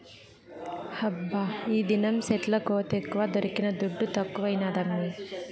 హబ్బా ఈదినం సెట్ల కోతెక్కువ దొరికిన దుడ్డు తక్కువైనాదమ్మీ